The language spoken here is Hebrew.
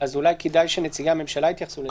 אז אולי כדאי שנציגי הממשלה יתייחסו לזה.